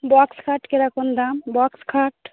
box খাট কীরকম দাম বক্স খাট